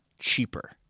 cheaper